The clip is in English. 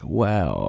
wow